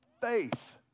faith